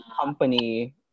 company